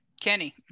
kenny